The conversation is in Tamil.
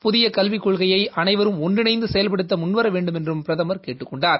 புதிய கல்விக் கொள்கையை அனைவரும் ஒன்றிணைந்து செயல்படுத்த முன்வர வேண்டுமென்றும் பிரதம் கேட்டுக் கொண்டார்